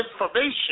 information